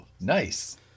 nice